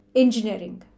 engineering